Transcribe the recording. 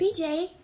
BJ